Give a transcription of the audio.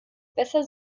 besser